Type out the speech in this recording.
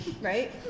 Right